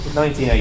1980